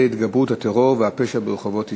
התגברות הטרור והפשע ברחובות ישראל.